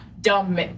dumb